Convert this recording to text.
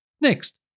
Next